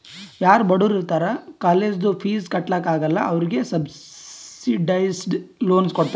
ಯಾರೂ ಬಡುರ್ ಇರ್ತಾರ ಕಾಲೇಜ್ದು ಫೀಸ್ ಕಟ್ಲಾಕ್ ಆಗಲ್ಲ ಅವ್ರಿಗೆ ಸಬ್ಸಿಡೈಸ್ಡ್ ಲೋನ್ ಕೊಡ್ತಾರ್